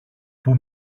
που